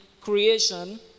creation